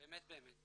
באמת.